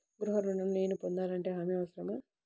గృహ ఋణం నేను పొందాలంటే హామీ అవసరమా?